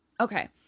okay